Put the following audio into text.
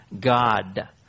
God